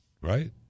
right